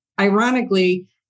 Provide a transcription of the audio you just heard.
ironically